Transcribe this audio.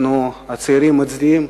אנחנו הצעירים מצדיעים